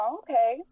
okay